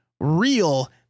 real